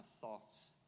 thoughts